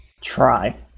Try